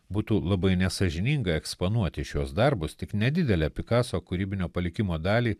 būtų labai nesąžininga eksponuoti šiuos darbus tik nedidelę picasso kūrybinio palikimo dalį